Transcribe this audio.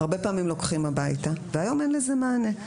הרבה פעמים לוקחים הביתה והיום אין לזה מענה.